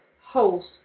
host